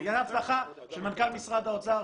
הייתה הבטחה של מנכ"ל משרד האוצר,